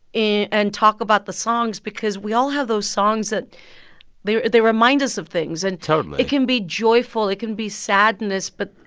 and talk about the songs because we all have those songs that they they remind us of things. and. totally. it can be joyful. it can be sadness. but